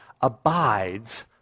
abides